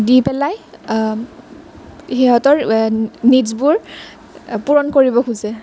দি পেলাই সিহঁতৰ নিডছবোৰ পূৰণ কৰিব খোজে